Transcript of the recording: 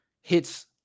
hits